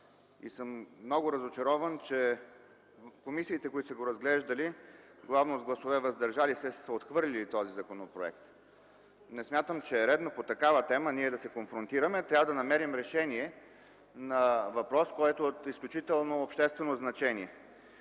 и съм много разочарован, че комисиите, които са го разглеждали, главно с гласове „въздържали се”, са отхвърлили този законопроект. Не смятам, че е редно по такава тема ние да се конфронтираме. Трябва да намерим решение на въпрос, който е от изключително обществено значение.